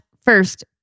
first